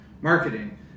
marketing